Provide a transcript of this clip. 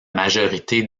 majorité